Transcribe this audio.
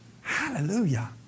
Hallelujah